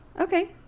Okay